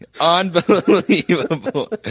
Unbelievable